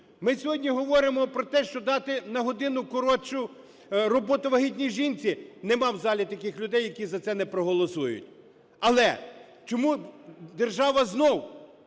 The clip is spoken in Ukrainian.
Ми сьогодні говоримо про те, що дати на годину коротшу роботу вагітній жінці. Нема в залі таких людей, які за це не проголосують. Але чому держава знову